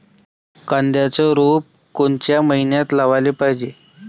कांद्याचं रोप कोनच्या मइन्यात लावाले पायजे?